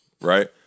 right